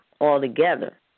altogether